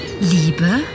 Liebe